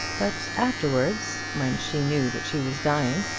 but afterwards, when she knew that she was dying,